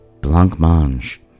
Blancmange